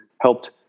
helped